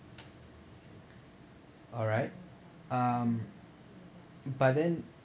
alright um but then